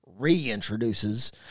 reintroduces